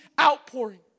outpouring